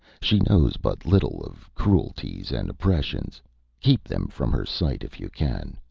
she knows but little of cruelties and oppressions keep them from her sight if you can.